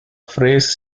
phrase